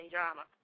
Drama